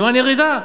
בסימן ירידה.